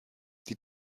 die